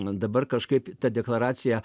dabar kažkaip ta deklaracija